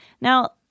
Now